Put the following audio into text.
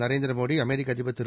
நரேந்திரமோடி அமெரிக்க அதிபர் திரு